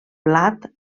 blat